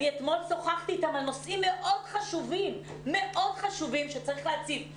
אתמול שוחחתי איתם על נושאים מאוד חשובים שצריך להציף.